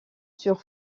sur